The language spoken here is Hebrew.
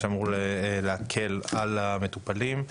שאמור להקל על המטופלים.